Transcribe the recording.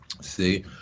See